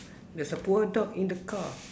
there's a poor dog in the car